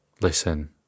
listen